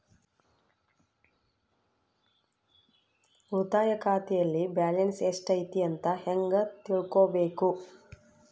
ಉಳಿತಾಯ ಖಾತೆಯಲ್ಲಿ ಬ್ಯಾಲೆನ್ಸ್ ಎಷ್ಟೈತಿ ಅಂತ ಹೆಂಗ ತಿಳ್ಕೊಬೇಕು?